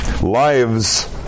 lives